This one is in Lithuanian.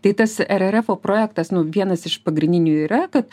tai tas ererefo projektas nu vienas iš pagrindinių yra kad